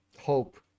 hope